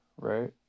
right